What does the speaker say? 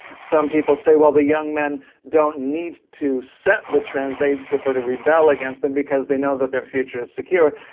some people say, well, the young men don't need to set the trends, they prefer to rebel against them because they know that their future is secure.